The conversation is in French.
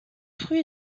fruit